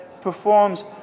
performs